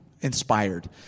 inspired